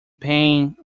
pain